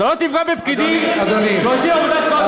אתה לא תפגע בפקידים שעושים עבודת קודש.